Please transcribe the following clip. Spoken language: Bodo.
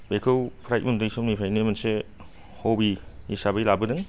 बेखौ फ्राय उन्दै समनिफ्रायनो मोनसे हबि हिसाबै लाबोदों